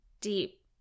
deep